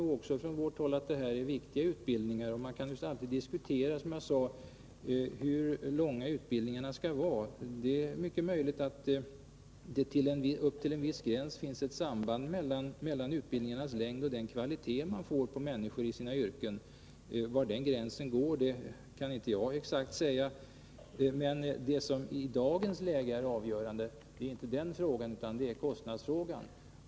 Också från vårt håll tycker vi att det är viktiga utbildningar, och som jag sade kan man alltid diskutera hur långa de skall vara. Det är mycket möjligt att det till en viss gräns finns ett samband mellan utbildningarnas längd och kvaliteten man får på människor i olika yrken. Var den gränsen går kan jag inte säga exakt, men det som i dagens läge är avgörande är inte den frågan, utan det är kostnadsfrågan.